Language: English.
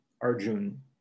Arjun